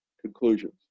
conclusions